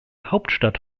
hauptstadt